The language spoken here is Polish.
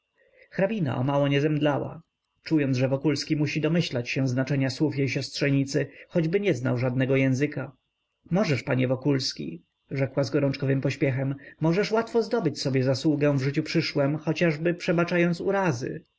hrabina omało nie zemdlała czując że wokulski musi domyślać się znaczenia słów jej siostrzenicy choćby nie znał żadnego języka możesz panie wokulski rzekła z gorączkowym pośpiechem możesz łatwo zdobyć sobie zasługę w życiu przyszłem choćby przebaczając urazy